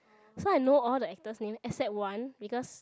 so I know all the actors name except one because